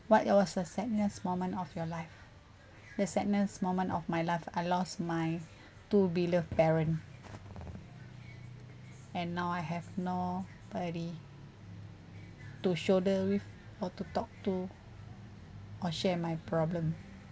what else was the sadness moment of your life the sadness moment of my life I lost my two beloved parent and now I have nobody to shoulder with or to talk to or share my problem